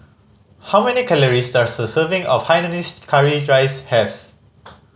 how many calories does a serving of hainanese curry rice have